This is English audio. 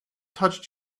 touched